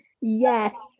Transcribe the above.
Yes